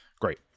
Great